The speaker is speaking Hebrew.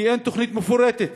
כי אין תוכנית מפורטת.